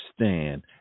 understand